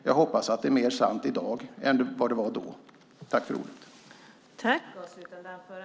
Jag hoppas att det är mer sant i dag än det var för ett och ett halvt år sedan.